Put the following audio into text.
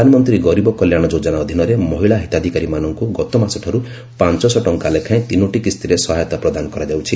ପ୍ରଧାନମନ୍ତ୍ରୀ ଗରିବ କଲ୍ୟାଣ ଯୋଜନା ଅଧୀନରେ ମହିଳା ହିତାଧିକାରୀମାନଙ୍କୁ ଗତମାସଠାର୍ଚ ପାଞ୍ଚ ଶହ ଟଙ୍କା ଲେଖାଏଁ ତିନୋଟି କିସ୍ଡିରେ ସହାୟତା ପ୍ରଦାନ କରାଯାଉଛି